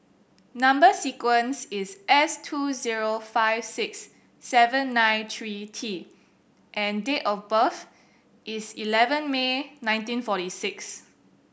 number sequence is S two zero five six seven nine three T and date of birth is eleven May nineteen forty six